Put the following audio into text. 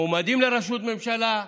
מועמדים לראשות ממשלה,